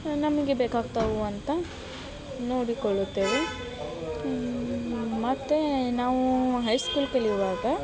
ನಮಗೆ ಬೇಕಾಗ್ತವೆ ಅಂತ ನೋಡಿಕೊಳ್ಳುತ್ತೇವೆ ಮತ್ತು ನಾವು ಹೈ ಸ್ಕೂಲ್ ಕಲಿಯುವಾಗ